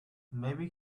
maybe